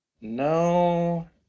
No